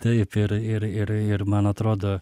taip ir ir ir ir man atrodo